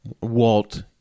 Walt